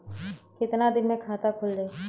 कितना दिन मे खाता खुल जाई?